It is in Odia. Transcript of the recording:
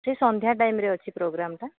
ସେ ସନ୍ଧ୍ୟା ଟାଇମ୍ରେ ଅଛି ପ୍ରୋଗ୍ରାମ୍ଟା